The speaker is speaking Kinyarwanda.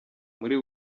muri